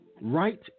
Right